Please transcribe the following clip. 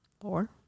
four